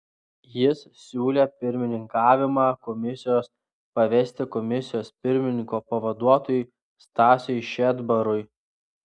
jis siūlė pirmininkavimą komisijos pavesti komisijos pirmininko pavaduotojui stasiui šedbarui